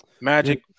Magic